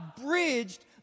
bridged